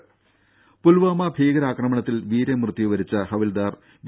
രമേ പുൽവാമ ഭീകരാക്രമണത്തിൽ വീരമൃത്യുവരിച്ച ഹവിൽദാർ വി